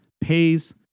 pays